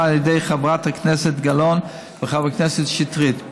על ידי חברת הכנסת גלאון וחבר הכנסת שטרית.